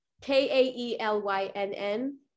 K-A-E-L-Y-N-N